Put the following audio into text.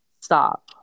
Stop